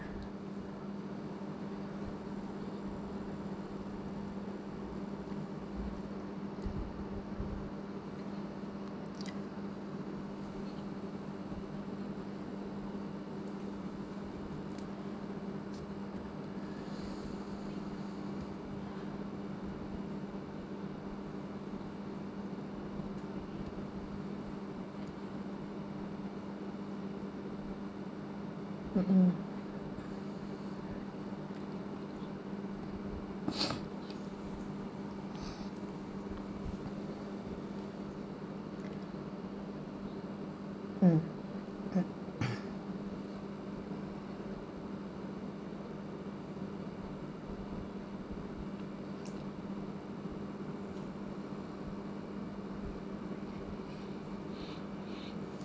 mmhmm mm